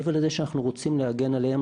מעבר לזה שאנחנו רוצים להגן עליהם,